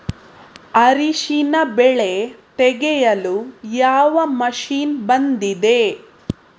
ಅರಿಶಿನ ಬೆಳೆ ತೆಗೆಯಲು ಯಾವ ಮಷೀನ್ ಬಂದಿದೆ?